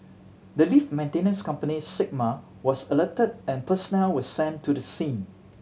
the lift maintenance company Sigma was alerted and personnel were sent to the scene